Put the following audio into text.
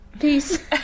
peace